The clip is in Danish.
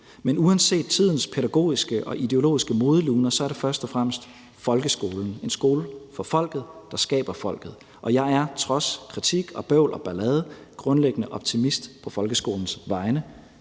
Men uanset tidens pædagogiske og ideologiske modeluner er det først og fremmest folkeskolen: Det er en skole for folket, der skaber folket. Jeg er trods kritik, bøvl og ballade grundlæggende optimist på folkeskolens vegne,